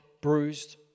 bruised